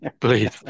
please